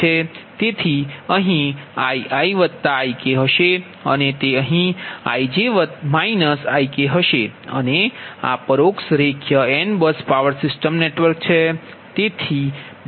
તેથી અહીં IiIk હશે અને તે અહીં Ij Ikહશે અને આ પરોક્ષ રેખીય n bus power system network છે